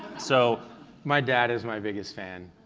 so my dad is my biggest fan.